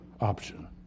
option